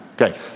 Okay